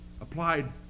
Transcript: applied